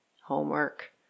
homework